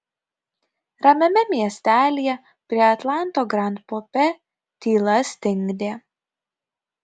ramiame miestelyje prie atlanto grand pope tyla stingdė